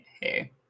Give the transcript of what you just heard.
Hey